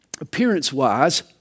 Appearance-wise